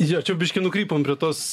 jo čia jau biškį nukrypom prie tos